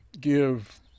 give